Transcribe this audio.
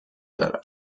دارد